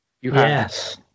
Yes